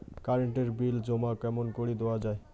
Current এর bill জমা কেমন করি দেওয়া যায়?